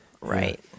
Right